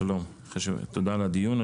שלום, ותודה על הדיון.